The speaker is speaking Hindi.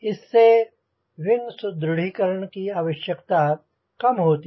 इससे विंग सुदृढ़ीकरण आवश्यकता कम होती है